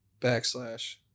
backslash